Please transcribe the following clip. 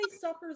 suffers